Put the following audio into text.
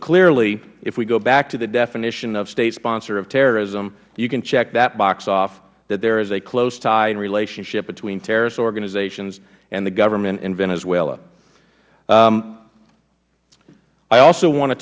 clearly if we go back to the definition of state sponsor of terrorism you can check that box off that there is a close tie and relationship between terrorist organizations and the government in venezuela i also want to